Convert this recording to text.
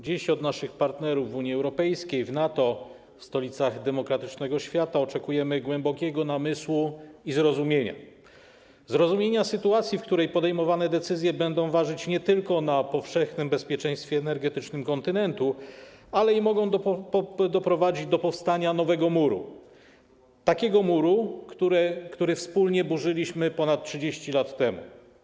Dziś od naszych partnerów w Unii Europejskiej, w NATO, w stolicach demokratycznego świata oczekujemy głębokiego namysłu i zrozumienia, zrozumienia sytuacji, w której podejmowane decyzje nie tylko będą ważyć na powszechnym bezpieczeństwie energetycznym kontynentu, ale i mogą doprowadzić do powstania nowego muru, takiego muru, który wspólnie burzyliśmy ponad 30 lat temu.